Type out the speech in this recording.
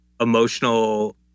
emotional